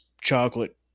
chocolate